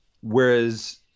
whereas